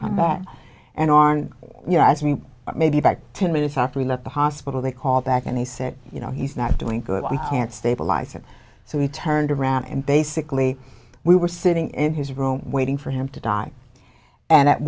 combat and on you know as we maybe about ten minutes after we left the hospital they called back and they said you know he's not doing good we can't stabilize him so we turned around and basically we were sitting in his room waiting for him to die and at